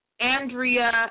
Andrea